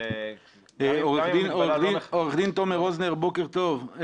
--- עו"ד תומר רוזנר, בוקר טוב.